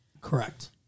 Correct